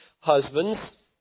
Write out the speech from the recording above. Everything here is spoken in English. husbands